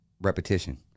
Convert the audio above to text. repetition